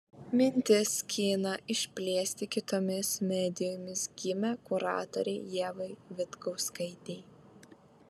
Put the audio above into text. mintis kiną išplėsti kitomis medijomis gimė kuratorei ievai vitkauskaitei